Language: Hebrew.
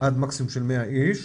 מקסימום של 100 איש,